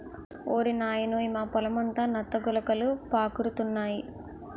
ఓరి నాయనోయ్ మా పొలమంతా నత్త గులకలు పాకురుతున్నాయి